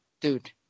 Dude